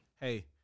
Hey